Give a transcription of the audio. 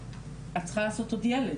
את צריכה לעשות עוד ילד,